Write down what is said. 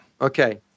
Okay